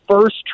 first